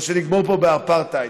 או שנגמור פה באפרטהייד.